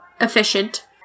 efficient